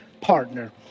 partner